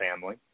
family